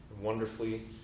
wonderfully